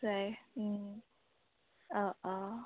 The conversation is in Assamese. অঁ অঁ